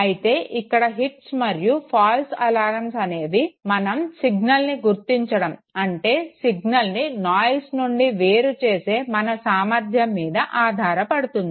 అయితే ఇక్కడ హిట్స్ మరియు ఫాల్స్ అలర్మ్స్ అనేవి మనం సిగ్నల్ని గుర్తించడం అంటే సిగ్నల్ని నాయిస్ నుండి వేరు చేసే మన సామర్ధ్యం మీద ఆధారపడుతుంది